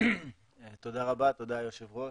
תודה רבה, היושב ראש.